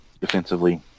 defensively